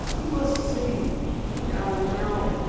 you must sing down a-down,